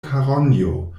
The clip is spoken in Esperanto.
karonjo